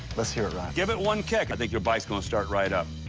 let's hear it run. give it one kick. i think your bike's gonna start right up.